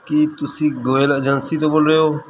ਕੀ ਤੁਸੀਂ ਗੋਇਲ ਏਜੰਸੀ ਤੋਂ ਬੋਲ ਰਹੇ ਹੋ